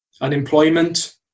unemployment